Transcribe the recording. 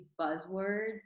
buzzwords